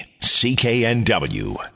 CKNW